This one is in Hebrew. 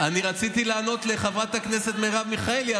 רציתי לענות לחברת הכנסת מרב מיכאלי,